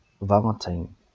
Valentine